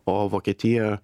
o vokietija